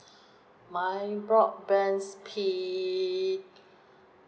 my broadband speed